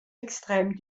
extrêmes